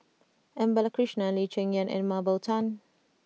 M Balakrishnan Lee Cheng Yan and Mah Bow Tan